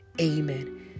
amen